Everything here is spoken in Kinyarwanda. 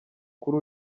kuri